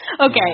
Okay